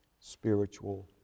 spiritual